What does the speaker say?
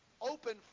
open